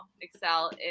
excel